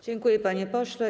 Dziękuję, panie pośle.